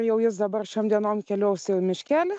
jau jis dabar šiom dienom keliaus jau į miškelį